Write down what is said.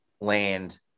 land